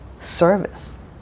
service